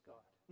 God